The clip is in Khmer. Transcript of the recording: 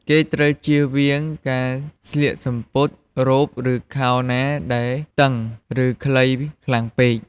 គេត្រូវចៀសវាងការស្លៀកសំពត់ រ៉ូប ឬ ខោណាដែលតឹង ឬ ខ្លីខ្លាំងពេក។